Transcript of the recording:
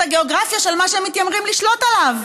הגיאוגרפיה של מה שהם מתיימרים לשלוט עליו.